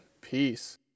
Peace